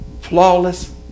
flawless